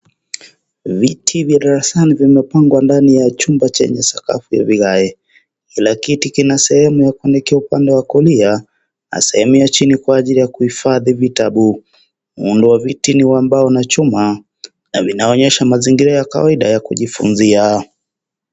Viti vya darasani vimepangwa ndani ya chumba chenye sakafu ya vigae. Kila kiti kina sehemu ya kuandikia upande wa kulia na sehemu ya chini kwa ajili ya kuhifadhi vitabu. Muundo wa viti ni wa mbao na chuma na vinaonyesha mazingira ya kawaida ya kujifunzia.